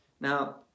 Now